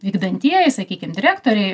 vykdantieji sakykim direktoriai